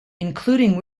including